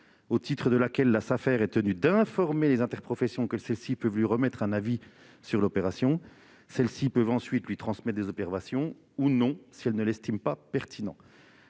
aux termes de laquelle la Safer est tenue d'informer les interprofessions que celles-ci peuvent lui remettre un avis sur l'opération. Elles peuvent ensuite lui transmettre des observations, ou ne pas le faire si elles estiment